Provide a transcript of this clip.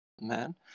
man